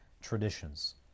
traditions